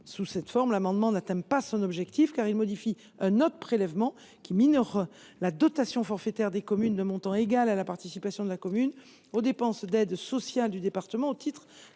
Sous cette forme, le dispositif proposé n’atteint pas son objectif, car il modifie un autre prélèvement, qui minore la dotation forfaitaire d’un montant égal à la participation de la commune aux dépenses d’aides sociales du département au titre